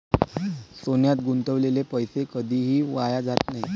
सोन्यात गुंतवलेला पैसा कधीही वाया जात नाही